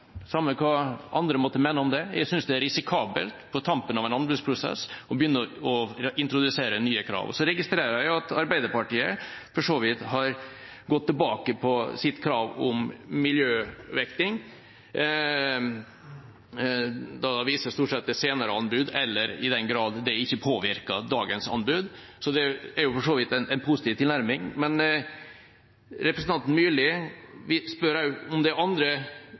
hva andre måtte mene om det – på tampen av en anbudsprosess å begynne å introdusere nye krav. Jeg registrerer at Arbeiderpartiet for så vidt har gått tilbake på sitt krav om miljøvekting og da viser stort sett til senere anbud, i den grad det ikke påvirker dagens anbud. Det er for så vidt en positiv tilnærming. Men representanten Myrli spør også om det er andre